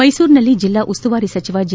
ಮೈಸೂರಿನಲ್ಲಿ ಜಿಲ್ಲಾ ಉಸ್ತುವಾರಿ ಸಚಿವ ಜಿ